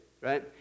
right